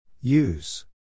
use